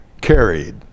carried